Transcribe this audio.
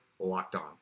LOCKEDON